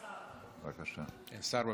אין שר.